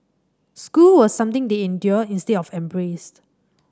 school was something they endured instead of embraced